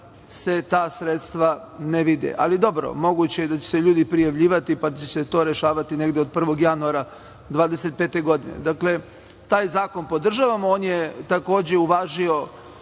se ta sredstva ne vide. Ali, dobro, moguće je da će se ljudi prijavljivati pa će se to rešavati negde od 1. januara 2025. godine. Dakle, taj zakon podržavamo. On je takođe uvažio